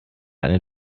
eine